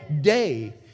day